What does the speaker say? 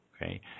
Okay